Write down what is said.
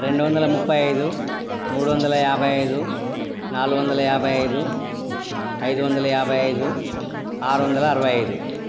రెండు వందల ముప్పై ఐదు మూడు వందల యాభై ఐదు నాలుగు వందల యాభై ఐదు ఐదు వందల యాభై ఐదు ఆరు వందల అరవై ఐదు